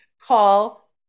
call